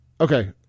Okay